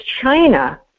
China